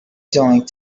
doing